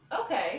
Okay